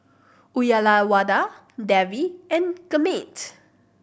Uyyalawada Devi and Gurmeet